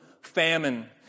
famine